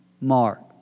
Mark